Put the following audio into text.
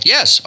Yes